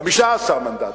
15. 15 מנדטים.